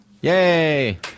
Yay